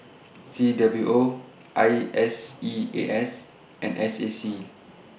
C W O I S E A S and S A C